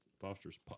Foster's